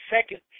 second